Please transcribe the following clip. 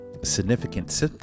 significant